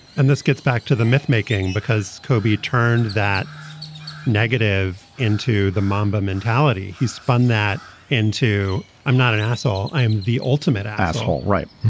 and this gets back to the mythmaking because kobe turned that negative into the mamba mentality. he spun that into. i'm not an asshole. i am the ultimate asshole. right.